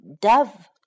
Dove